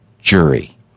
jury